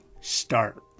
start